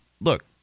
look